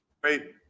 great